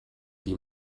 die